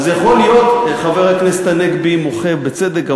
אז יכול להיות, חבר הכנסת הנגבי מוחה, בצדק.